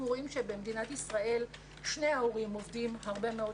אנחנו רואים שבמדינת ישראל שני ההורים עובדים הרבה מאוד